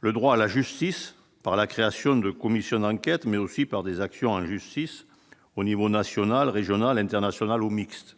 le droit à la justice par la création de commissions d'enquête, mais aussi par des actions en justice au niveau national, régional, international ou mixte,